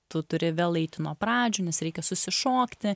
tu turi vėl eiti nuo pradžių nes reikia susišokti